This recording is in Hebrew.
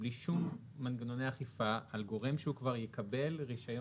יש לנו כבר אלפי לקוחות,